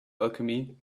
alchemy